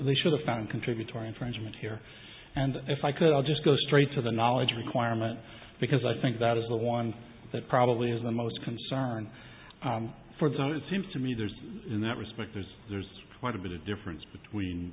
the show the founding contributory infringement here and if i could i'll just go straight to the knowledge requirement because i think that is the one that probably isn't most concern for though it seems to me there's in that respect there's there's quite a bit of difference between